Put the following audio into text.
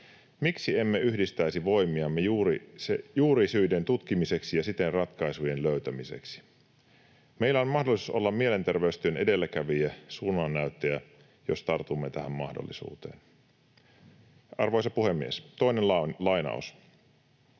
Miksi emme yhdistäisi voimiamme juurisyiden tutkimiseksi ja siten ratkaisujen löytämiseksi? Meillä on mahdollisuus olla mielenterveystyön edelläkävijä, suunnannäyttäjä, jos tartumme tähän mahdollisuuteen. Arvoisa puhemies! Toinen lainaus: